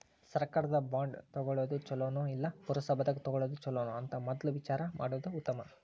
ಸರ್ಕಾರದ ಬಾಂಡ ತುಗೊಳುದ ಚುಲೊನೊ, ಇಲ್ಲಾ ಪುರಸಭಾದಾಗ ತಗೊಳೊದ ಚುಲೊನೊ ಅಂತ ಮದ್ಲ ವಿಚಾರಾ ಮಾಡುದ ಉತ್ತಮಾ